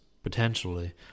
potentially